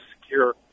secure